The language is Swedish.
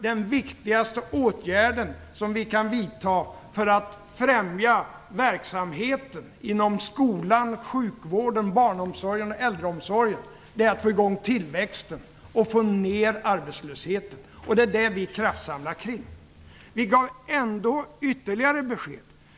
Den viktigaste ågärden för oss att vidta för att främja verksamheten inom skolan, sjukvården, barnomsorgen och äldreomsorgen är att få i gång tillväxten och att få ned arbetslösheten. Det är det som vi kraftsamlar kring. Vi gav ändå ytterligare besked.